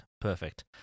perfect